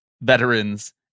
veterans